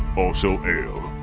also ale.